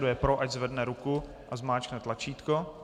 Kdo je pro, ať zvedne ruku a zmáčkne tlačítko.